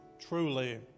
truly